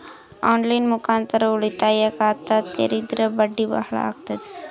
On line ಮುಖಾಂತರ ಉಳಿತಾಯ ಖಾತ ತೇರಿದ್ರ ಬಡ್ಡಿ ಬಹಳ ಅಗತದ?